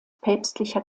päpstlicher